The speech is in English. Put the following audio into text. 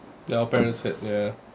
your parents had ya